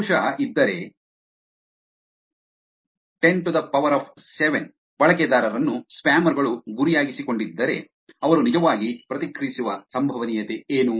ಬಹುಶಃ ಇದ್ದರೆ 107 ಬಳಕೆದಾರರನ್ನು ಸ್ಪ್ಯಾಮರ್ ಗಳು ಗುರಿಯಾಗಿಸಿಕೊಂಡಿದ್ದರೆ ಅವರು ನಿಜವಾಗಿ ಪ್ರತಿಕ್ರಿಯಿಸುವ ಸಂಭವನೀಯತೆ ಏನು